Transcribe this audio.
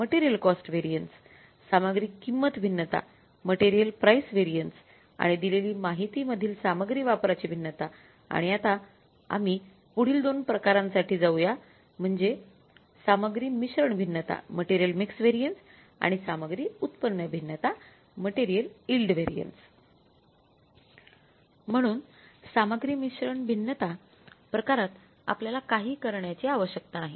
म्हणून सामग्री मिश्रण भिन्नता प्रकारात आपल्याला काही करण्याची आवश्यकता नाही